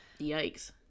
yikes